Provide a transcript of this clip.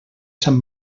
sant